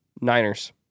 Niners